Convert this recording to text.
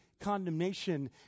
condemnation